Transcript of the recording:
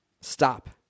stop